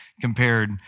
compared